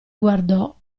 guardò